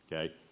Okay